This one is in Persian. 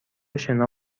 شنا